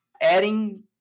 adding